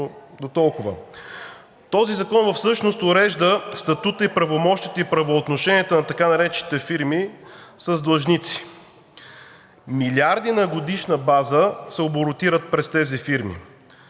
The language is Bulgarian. Този закон всъщност урежда статута, правомощията и правоотношенията на така наречените фирми с длъжници. Милиарди на годишна база се оборотират през тези фирми.